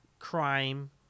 crime